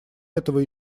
этого